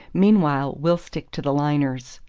meanwhile we'll stick to the liners.